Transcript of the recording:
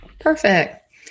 Perfect